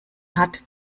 hat